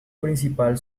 principal